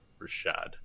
Rashad